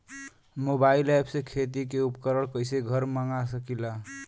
Mobile ऐपसे खेती के उपकरण कइसे घर मगा सकीला?